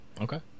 okay